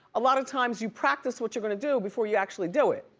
a lot of times, you practice what you're gonna do before you actually do it.